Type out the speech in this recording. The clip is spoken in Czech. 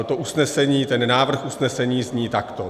To usnesení, ten návrh usnesení zní takto: